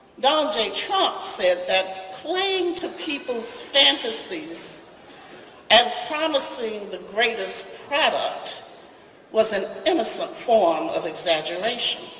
donald j. trump said that playing to people's fantasies and promising the greatest product was an innocent form of exaggeration.